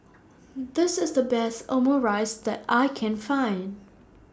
This IS The Best Omurice that I Can Find